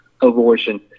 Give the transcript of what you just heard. abortion